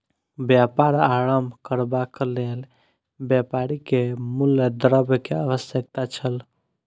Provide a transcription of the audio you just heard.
व्यापार आरम्भ करबाक लेल व्यापारी के मूल द्रव्य के आवश्यकता छल